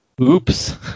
oops